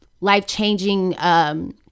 life-changing